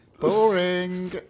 Boring